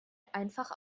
einfach